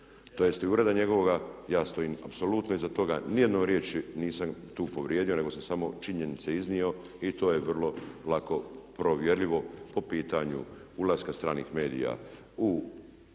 tj. i ureda njegovoga ja stojim apsolutno iza toga, niti jednom riječi nisam tu povrijedio nego sam samo činjenice iznio i to je vrlo lako provjerljivo po pitanju ulaska stranih medija u arhivu,